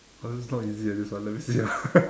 !wah! this is not easy eh this one let me see ah